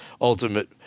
ultimate